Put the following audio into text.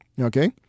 Okay